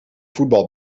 voetbal